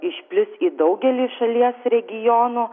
išplis į daugelį šalies regionų